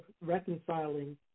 reconciling